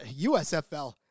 USFL